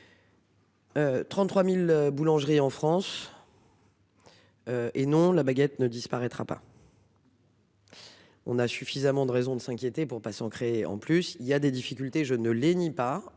33.000 boulangerie en France. Et non la baguette ne disparaîtra pas. On a suffisamment de raisons de s'inquiéter pour patients créé en plus il y a des difficultés, je ne les nie pas,